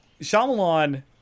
Shyamalan